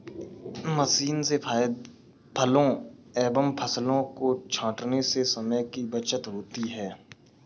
machine से फलों एवं फसलों को छाँटने से समय की बचत होती है